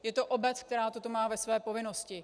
Je to obec, která toto má ve své povinnosti.